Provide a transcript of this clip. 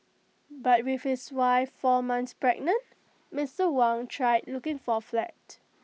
but with his wife four months pregnant Mister Wang tried looking for A flat